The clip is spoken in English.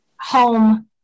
home